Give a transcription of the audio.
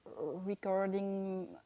recording